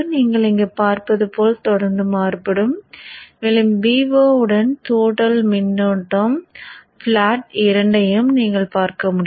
நீங்கள் இங்கு பார்ப்பது போல் தொடர்ந்து மாறுபடும் மேலும் Vo உடன் தூண்டல் மின்னோட்டம் ப்ளாட் IL ஐயும் நீங்கள் பார்க்கலாம்